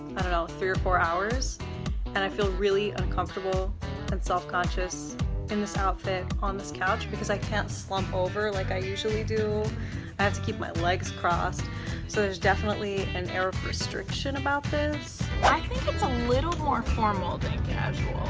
i don't know, three or four hours and i feel really uncomfortable and self conscious in this outfit on this couch because i can't slump over like i usually do. i have to keep my legs crossed so there's definitely an air of restriction about. i think it's a little more formal than casual. oh.